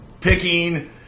picking